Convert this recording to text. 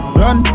run